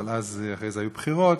אבל אז אחרי זה היו בחירות